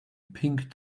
pink